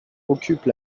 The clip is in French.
occupe